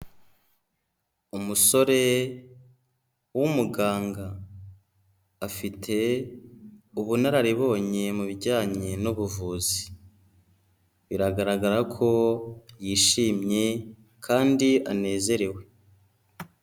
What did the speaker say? Umusore w'umuganga, afite ubunararibonye mu bijyanye n'ubuvuzi, biragaragara ko yishimye kandi anezerewe.